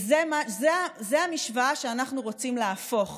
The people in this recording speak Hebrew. זאת המשוואה שאנחנו רוצים להפוך